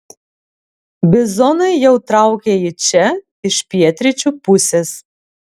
bizonai jau traukia į čia iš pietryčių pusės